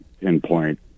pinpoint